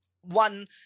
one